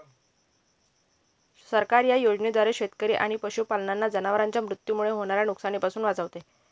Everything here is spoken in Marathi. सरकार या योजनेद्वारे शेतकरी आणि पशुपालकांना जनावरांच्या मृत्यूमुळे होणाऱ्या नुकसानीपासून वाचवते